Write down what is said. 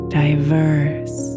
diverse